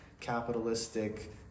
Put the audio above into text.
capitalistic